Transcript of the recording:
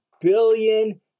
billion